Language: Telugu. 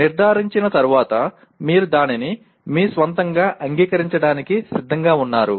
నిర్దారించిన తరువాత మీరు దానిని మీ స్వంతంగా అంగీకరించడానికి సిద్ధంగా ఉన్నారు